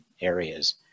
areas